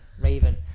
Raven